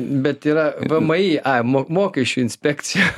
bet yra vmi ai mo mokesčių inspekcija